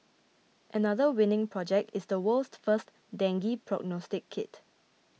another winning project is the world's first dengue prognostic kit